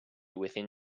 within